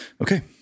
Okay